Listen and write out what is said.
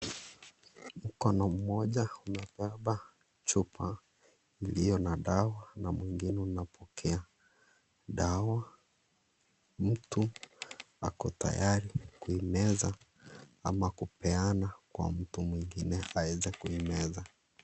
Mkono mmoja umebeba chupa uliyo na dawa, na mwingine unapokea dawa; mtu ako tayari kuimeza au kupeana kwa mtu mwingine aeze kuimeza.